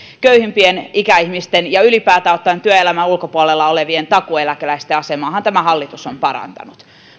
köyhimpien ikäihmisten ja ylipäätään ottaen työelämän ulkopuolella olevien takuueläkeläisten asemaahan tämä hallitus on parantanut